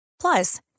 Plus